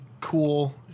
cool